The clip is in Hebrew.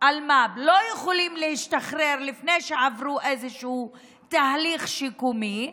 אלמ"ב לא יכולים להשתחרר לפני שהם עברו איזשהו תהליך שיקומי,